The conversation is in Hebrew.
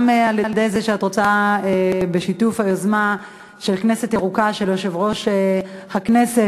גם בזה שאת רוצה בשיתוף היוזמה של "כנסת ירוקה" של יושב-ראש הכנסת,